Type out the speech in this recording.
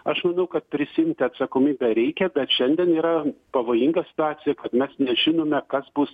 aš manau kad prisiimti atsakomybę reikia bet šiandien yra pavojinga situacija kad mes nežinome kas bus